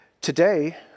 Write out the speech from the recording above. Today